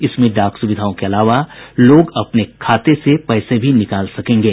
इसमें डाक सुविधाओं के अलावा लोग अपने खाते से पैसे भी निकाल सकेंगे